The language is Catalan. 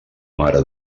mare